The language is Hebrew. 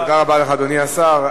תודה רבה לך, אדוני השר.